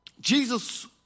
Jesus